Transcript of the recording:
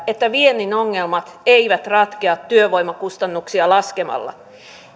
että viennin ongelmat eivät ratkea työvoimakustannuksia laskemalla